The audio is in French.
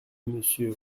monsieur